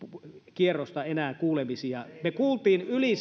kierrosta kuulemisia me kuulimme yli